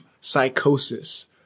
psychosis